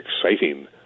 exciting